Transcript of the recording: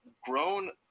grown